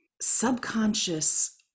subconscious